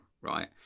Right